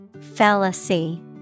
Fallacy